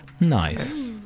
Nice